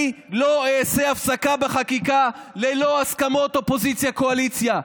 אני לא אעשה הפסקה בחקיקה ללא הסכמות של אופוזיציה וקואליציה.